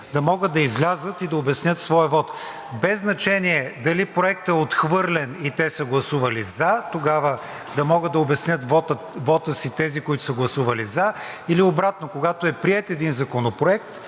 да могат да излязат и да обяснят своя вот. Без значение дали проектът е отхвърлен и те са гласували за, тогава да могат да обяснят вота си тези, които са гласували за, или обратно, когато е приет един законопроект